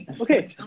okay